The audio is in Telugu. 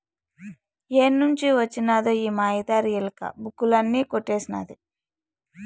ఏడ్నుంచి వొచ్చినదో ఈ మాయదారి ఎలక, బుక్కులన్నీ కొట్టేసినాది